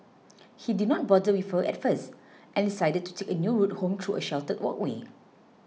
he did not bother with her at first and decided to take a new route home through a sheltered walkway